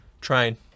train